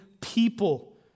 people